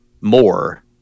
more